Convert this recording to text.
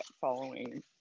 following